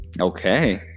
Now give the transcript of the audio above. okay